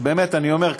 באמת אני אומר,